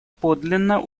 подлинно